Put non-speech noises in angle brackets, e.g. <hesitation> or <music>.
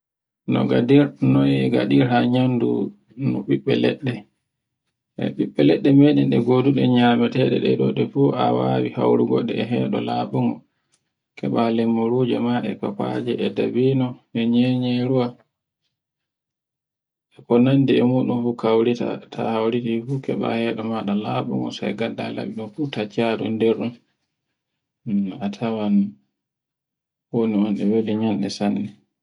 <hesitation> Noy ngaɗirta nyamdu no ɓeɓɓe leɗɗe. E ɓiɓɓe leɗɗe meɗen e goduɗe nyamete ɗo ɗen fu a wawi haurugoɗe e wawi haurugo e heɗo laɓungo, keɓa lammuruje ma e kofaje e dabino, e nyeyeruwa, e ko nandi e muɗum fu kaurita ta, ta hauriti fu keɓa yeɗo maɗa laɓugo sai ngadda laɓi ɗun fu taccaɗum nder ɗum, a tawan hono ɗun e weli nyaɗe sanne.